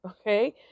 Okay